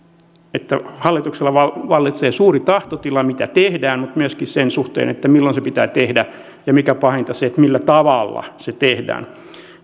että hallituksella vallitsee suuri tahtotila mitä tehdään mutta myöskin sen suhteen milloin se pitää tehdä ja mikä pahinta millä tavalla se tehdään no